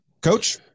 coach